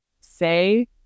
Say